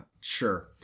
Sure